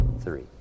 three